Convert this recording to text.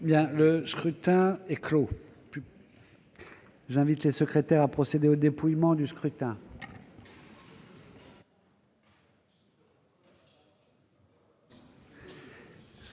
Le scrutin est clos. J'invite Mmes et MM. les secrétaires à procéder au dépouillement du scrutin.